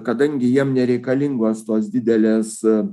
kadangi jiem nereikalingos tos didelės